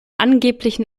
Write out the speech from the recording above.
angeblichen